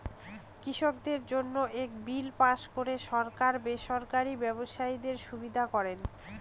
কৃষকদের জন্য এক বিল পাস করে সরকার বেসরকারি ব্যবসায়ীদের সুবিধা করেন